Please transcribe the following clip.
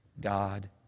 God